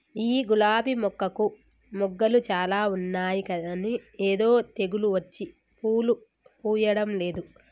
ఈ గులాబీ మొక్కకు మొగ్గలు చాల ఉన్నాయి కానీ ఏదో తెగులు వచ్చి పూలు పూయడంలేదు